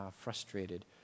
frustrated